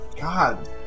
God